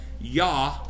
Yah